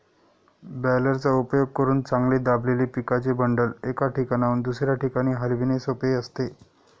बॅलरचा उपयोग करून चांगले दाबलेले पिकाचे बंडल, एका ठिकाणाहून दुसऱ्या ठिकाणी हलविणे सोपे असते